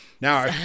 Now